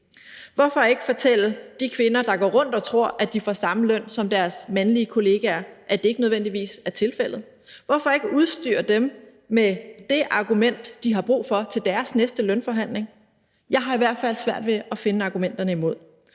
Hvorfor ikke fortælle de kvinder, der går rundt og tror, at de får samme løn som deres mandlige kolleger, at det ikke nødvendigvis er tilfældet? Hvorfor ikke udstyre dem med det argument, de har brug for til deres næste lønforhandling? Jeg har i hvert fald svært ved at se argumenterne imod,